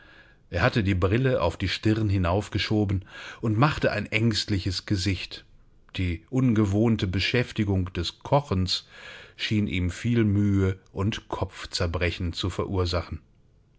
er hatte die brille auf die stirn hinaufgeschoben und machte ein ängstliches gesicht die ungewohnte beschäftigung des kochens schien ihm viel mühe und kopfzerbrechen zu verursachen